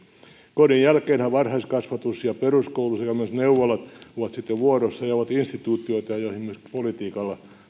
kodin jälkeenhän varhaiskasvatus ja peruskoulu sekä myös neuvolat ovat sitten vuorossa ja ovat instituutioita joihin myöskin politiikalla